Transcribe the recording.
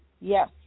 Yes